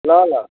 ल ल